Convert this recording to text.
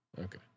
okay